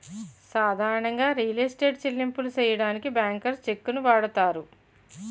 సాధారణంగా real estate చెల్లింపులు సెయ్యడానికి బ్యాంకర్స్ చెక్కుని వాడతారు